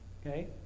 Okay